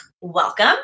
welcome